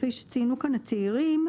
כפי שציינו פה הצעירים,